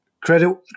credit